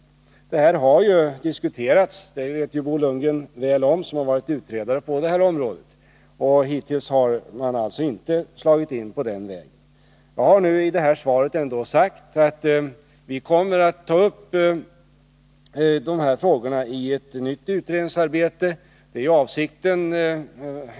Detta har diskuterats, det vet Bo Lundgren väl om som har varit utredare på detta område, men hittills har man alltså inte slagit in på den vägen. Jag har ändå i svaret sagt att vi kommer att ta upp dessa frågor i ett nytt utredningsarbete. Det är avsikten.